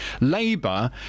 Labour